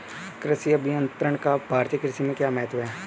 कृषि अभियंत्रण का भारतीय कृषि में क्या महत्व है?